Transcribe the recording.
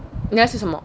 你要吃什么